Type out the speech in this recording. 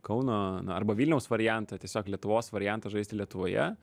kauno arba vilniaus variantą tiesiog lietuvos variantas žaisti lietuvoje